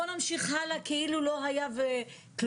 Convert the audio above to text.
בואו נמשיך הלאה כאילו לא היה כלום.